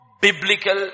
biblical